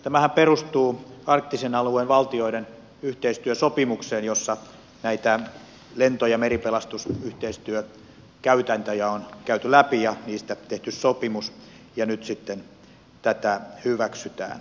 tämähän perustuu arktisen alueen valtioiden yhteistyösopimukseen jossa näitä lento ja meripelastusyhteistyökäytäntöjä on käyty läpi ja niistä tehty sopimus ja nyt sitten tätä hyväksytään